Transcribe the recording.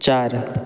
चार